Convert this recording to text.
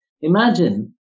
Imagine